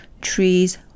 trees